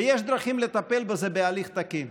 יש דרכים לטפל בזה בהליך תקין.